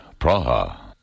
Praha